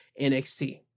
NXT